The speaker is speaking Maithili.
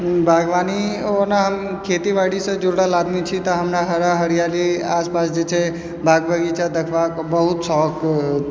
बागवानी ओना हम खेतीबाड़ीसँ जुड़ल आदमी छी तऽ हमरा हरा हरियाली आस पास जे छै बाग बगीचा देखबाक बहुत शौक